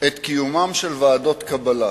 את קיומן של ועדות קבלה.